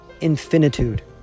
infinitude